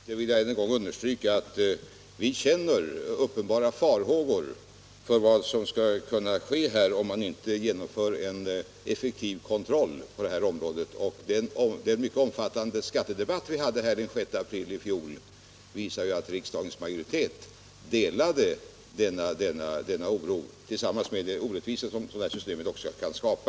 Herr talman! I all korthet vill jag än en gång understryka att vi hyser allvarliga farhågor för vad som skall kunna ske, om man inte genomför en effektiv kontroll på detta område. Den mycket omfattande skattedebatt som vi hade här den 6 april i fjol visar ju att riksdagens majoritet delade denna oro och var medveten om de orättvisor som systemet kan skapa.